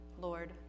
Lord